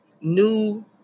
new